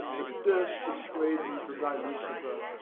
that durst dissuade me from thy lucifer,